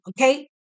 okay